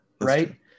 right